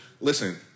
Listen